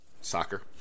soccer